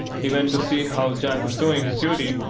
he went to see how jack was doing his duty,